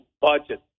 budget